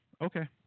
Okay